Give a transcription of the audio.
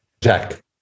Jack